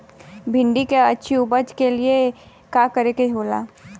भिंडी की अच्छी उपज के लिए का का करे के होला?